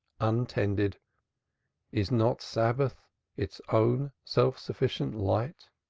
untended is not sabbath its own self-sufficient light?